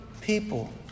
people